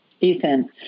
Ethan